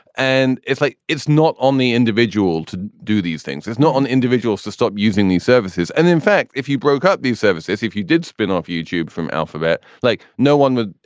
and it's like it's not on the individual to do these things. it's not on individuals to stop using these services. and in fact, if you broke up these services, if you did spin off youtube from alphabet like no one would.